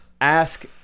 ask